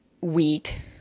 week